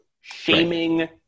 Shaming